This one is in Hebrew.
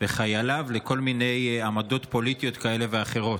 וחייליו לכל מיני עמדות פוליטיות כאלה ואחרות.